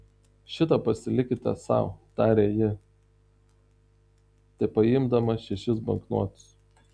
šitą pasilikite sau tarė ji tepaimdama šešis banknotus